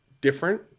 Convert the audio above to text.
different